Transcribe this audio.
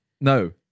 No